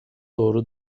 doğru